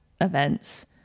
events